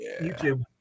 YouTube